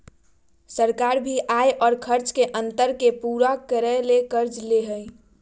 सरकार भी आय और खर्च के अंतर के पूरा करय ले कर्ज ले हइ